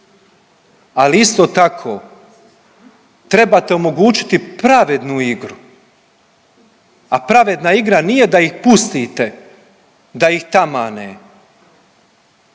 ali isto tako trebate omogućiti pravednu igru, a pravedna igra nije da ih pustite da ih tamane,